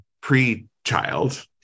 pre-child